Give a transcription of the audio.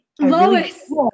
Lois